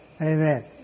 Amen